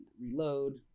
reload